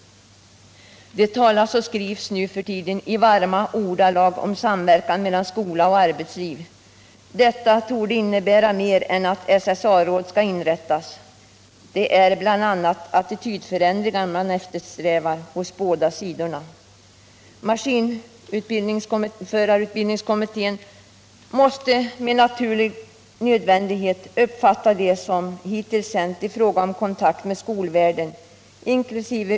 Det talas och skrivs nu för tiden i varma ordalag om samverkan mellan — Nr 39 skola och arbetsliv: Detta torde innebära mer än att SSA-råd skall inrättas. Fredagen den Det är bl. an attitydförändringar man eftersträvar — på båda sidor. Ma 2 december 1977 skinförarutbildningskommittén måste med naturnödvändighet uppfatta I det som hittills hänt i fråga om kontakt med skolvärlden, inkl.